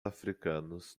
africanos